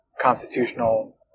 constitutional